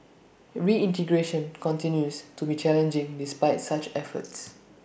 reintegration continues to be challenging despite such efforts